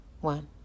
One